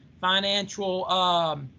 financial